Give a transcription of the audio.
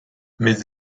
mes